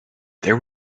there